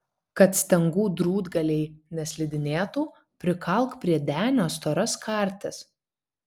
kad stengų drūtgaliai neslidinėtų prikalk prie denio storas kartis